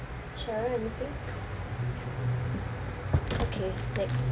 cheryl anything ok next